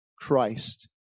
Christ